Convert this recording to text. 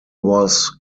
was